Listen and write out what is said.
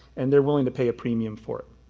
and they're willing to pay a premium for it.